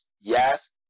Yes